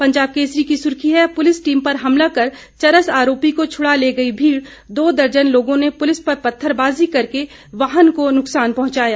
पंजाब केसरी की सुर्खी है पुलिस टीम पर हमला कर चरस आरोपी को छुड़ा ले गई भीड़ दो दर्जन लोगों ने पुलिस पर पत्थरबाली करके वाहन को नुक्सान पहुंचाया